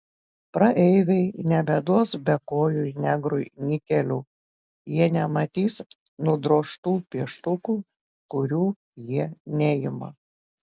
praeiviai nebeduos bekojui negrui nikelių jie nematys nudrožtų pieštukų kurių jie neima